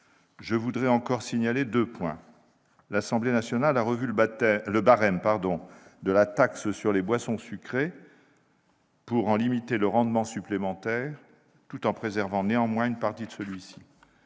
je voudrais encore signaler deux points : l'Assemblée nationale a revu le barème de la taxe sur les boissons sucrées pour en limiter le rendement supplémentaire, tout en en préservant néanmoins une partie. Sur